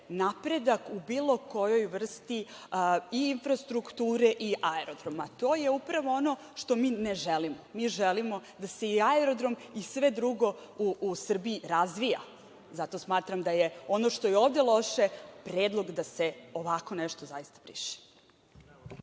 napredak u bilo kojoj vrsti i infrastrukture i aerodroma. To je upravo ono što mi ne želimo. Mi želimo da se i aerodrom i sve drugo u Srbiji razvija. Zato smatram da je ono što je ovde loše, predlog da se ovako nešto zaista briše.